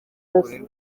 kuri